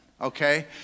okay